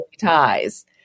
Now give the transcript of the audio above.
ties